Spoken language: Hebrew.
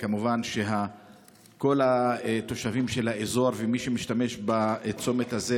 כמובן שכל התושבים של האזור משתמשים בצומת הזה,